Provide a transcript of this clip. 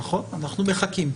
נכון, אנחנו מחכים.